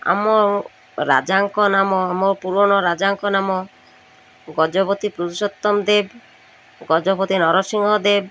ଆମ ରାଜାଙ୍କ ନାମ ଆମ ପୁରୁଣ ରାଜାଙ୍କ ନାମ ଗଜପତି ପୁରୁଷୋତ୍ତମ ଦେବ ଗଜପତି ନରସିଂହ ଦେବ